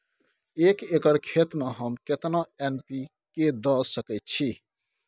एक एकर खेत में हम केतना एन.पी.के द सकेत छी?